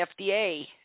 FDA